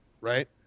Right